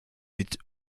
mit